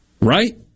Right